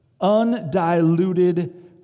Undiluted